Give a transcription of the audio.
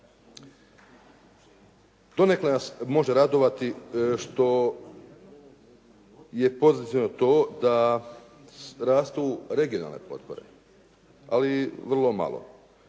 Donekle nas može radovati što je pozitivno to rastu regionalne potpore ali vrlo malo